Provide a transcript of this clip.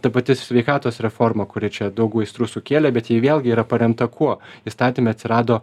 ta pati sveikatos reforma kuri čia daug aistrų sukėlė bet ji vėlgi yra paremta kuo įstatyme atsirado